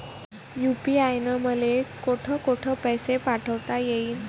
UPI न मले कोठ कोठ पैसे पाठवता येईन?